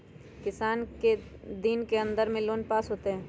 कितना दिन के अन्दर में लोन पास होत?